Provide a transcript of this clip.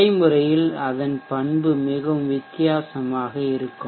நடைமுறையில் அதன் பண்பு மிகவும் வித்தியாசமாக இருக்கும்